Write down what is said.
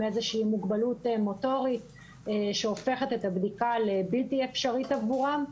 איזושהי מוגבלות מוטורית שהופכת את הבדיקה לבלתי אפשרית עבורם,